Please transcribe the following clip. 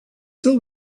till